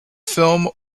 film